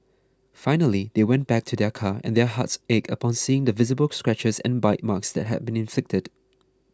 finally they went back to their car and their hearts ached upon seeing the visible scratches and bite marks that had been inflicted